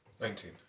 Nineteen